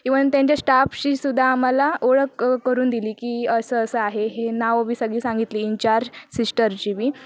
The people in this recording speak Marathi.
इव्हन त्यांच्या स्टाफशी सुद्धा आम्हाला ओळख क करून दिली की असं असं आहे हे नाव पण सगळी सांगितली इन्चार्ज सिस्टरची पण